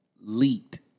leaked